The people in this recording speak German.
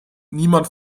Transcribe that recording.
niemand